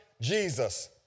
Jesus